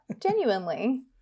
genuinely